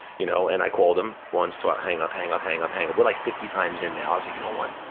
you know, and i called him once twice, hang up, hang up, hang up, hang up. we're like fifty times in now. i was like, you know what?